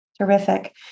Terrific